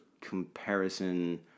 comparison